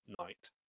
night